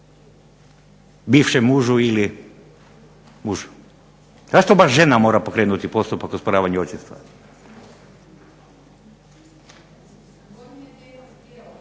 bivšem mužu ili mužu? Zašto baš žena mora pokrenuti postupak o osporavanju očinstva?